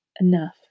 enough